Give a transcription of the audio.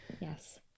yes